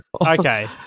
Okay